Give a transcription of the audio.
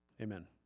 Amen